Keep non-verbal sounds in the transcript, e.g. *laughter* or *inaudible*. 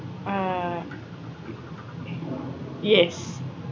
uh *noise* yes